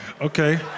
Okay